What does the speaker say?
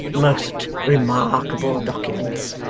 most remarkable documents.